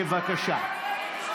בבקשה.